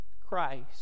Christ